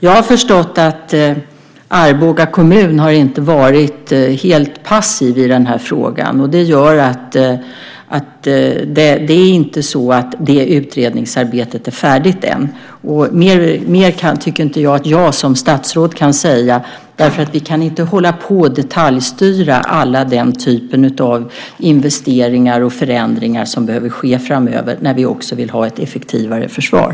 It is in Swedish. Jag har förstått att Arboga kommun inte har varit helt passiv i frågan. Det är inte så att det utredningsarbetet är färdigt än. Mer tycker jag inte att jag som statsråd kan säga. Vi kan inte hålla på och detaljstyra alla investeringar och förändringar som behöver ske framöver när vi också vill ha ett effektivare försvar.